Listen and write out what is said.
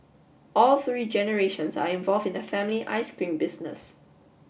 all three generations are involved in the family ice cream business